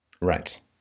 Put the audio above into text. Right